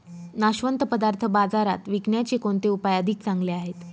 नाशवंत पदार्थ बाजारात विकण्याचे कोणते उपाय अधिक चांगले आहेत?